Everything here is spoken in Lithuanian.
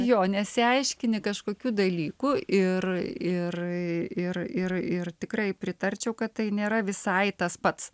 jo nesiaiškini kažkokių dalykų ir ir ir ir ir tikrai pritarčiau kad tai nėra visai tas pats